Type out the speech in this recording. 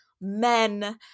men